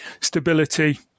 stability